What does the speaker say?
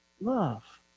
love